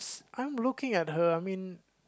I'm looking at her I mean